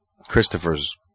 Christopher's